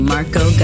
Marco